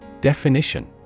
Definition